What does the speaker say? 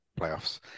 playoffs